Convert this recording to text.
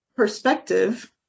perspective